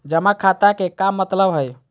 जमा खाता के का मतलब हई?